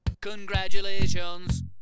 Congratulations